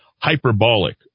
hyperbolic